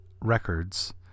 Records